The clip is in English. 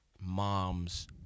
mom's